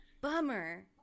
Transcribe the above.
Bummer